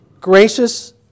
Gracious